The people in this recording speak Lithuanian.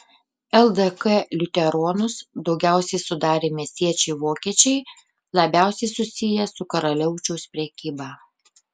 ldk liuteronus daugiausiai sudarė miestiečiai vokiečiai labiausiai susiję su karaliaučiaus prekyba